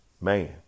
Man